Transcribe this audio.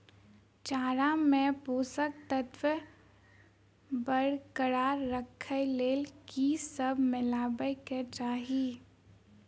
चारा मे पोसक तत्व बरकरार राखै लेल की सब मिलेबाक चाहि?